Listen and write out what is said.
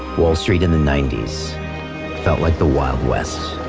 wall street in the ninety s felt like the wild west.